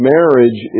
Marriage